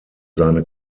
seine